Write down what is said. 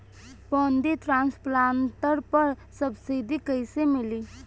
Paddy transplanter पर subsidy कैसे मिली?